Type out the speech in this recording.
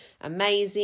amazing